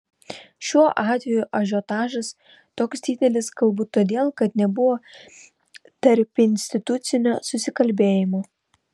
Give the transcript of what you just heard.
šiuo atveju ažiotažas toks didelis galbūt todėl kad nebuvo tarpinstitucinio susikalbėjimo